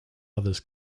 others